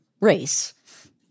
race